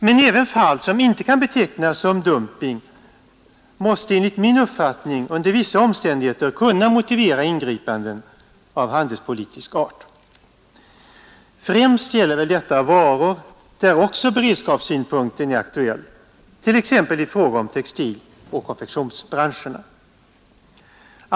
Men även fall som inte kan betecknas som dumping måste enligt min uppfattning under vissa omständigheter kunna motivera ingripanden av handelspolitisk art. Främst gäller väl detta varor, där också beredskapssynpunkten är aktuell, t.ex. i fråga om textiloch konfektionsbranscherna.